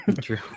true